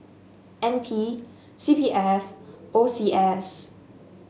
N P C P F O C S